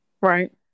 Right